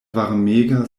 varmega